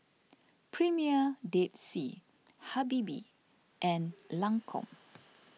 Premier Dead Sea Habibie and Lancome